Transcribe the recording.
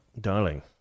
darling